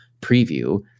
preview